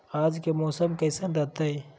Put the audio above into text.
आज के मौसम कैसन रहताई?